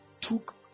took